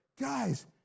Guys